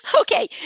Okay